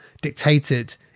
dictated